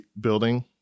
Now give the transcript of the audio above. building